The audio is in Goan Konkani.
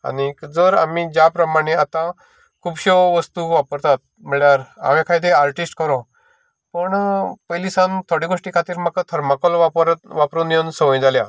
आनीक जर आमी ज्या प्रमाणें आतां खुबश्यो वस्तू वापरतात म्हळ्यार हांवे खंय तरी आरटिश्ट पुरो पूण पयली सावन थोडे गोश्टी खातीर म्हाका थर्माकोल वापर वापरून येवन संवय जाल्या